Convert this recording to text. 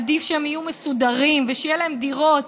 עדיף שיהיו מסודרים ושיהיו להם דירות,